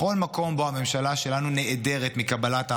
בכל מקום שבו הממשלה שלנו נעדרת מקבלת ההחלטות,